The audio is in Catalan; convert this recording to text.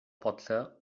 potser